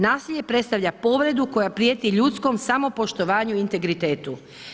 Nasilje predstavlja povredu koja prijeti ljudskom samopoštovanju i integritetu.